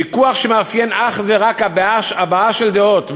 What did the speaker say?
ויכוח שמאופיין אך ורק בהבעה של דעות,